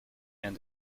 and